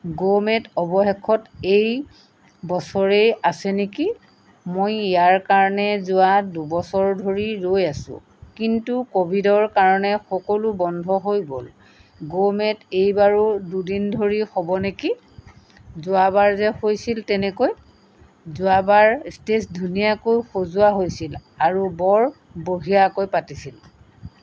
গ'মেড অৱশেষত এই বছৰেই আছে নেকি মই ইয়াৰ কাৰণে যোৱা দুবছৰ ধৰি ৰৈ আছোঁ কিন্তু ক'ভিডৰ কাৰণে সকলো বন্ধ হৈ গ'ল গ'মেড এইবাৰো দুদিন ধৰি হ'ব নেকি যোৱাবাৰ যে হৈছিল তেনেকৈ যোৱাবাৰ ষ্টে'জ ধুনীয়াকৈ সজোৱা হৈছিল আৰু বৰ বঢ়িয়াকৈ পাতিছিল